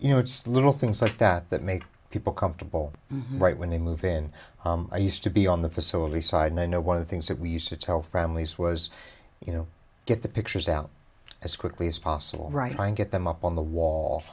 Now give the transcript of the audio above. you know it's little things like that that make people comfortable right when they move in i used to be on the facility side and i know one of the things that we used to tell families was you know get the pictures out as quickly as possible right try and get them up on the wall